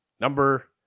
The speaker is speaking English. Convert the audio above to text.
Number